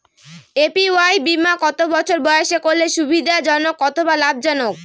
APY বীমা কত বছর বয়সে করলে সুবিধা জনক অথবা লাভজনক?